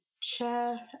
chair